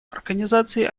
организации